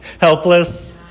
Helpless